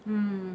mm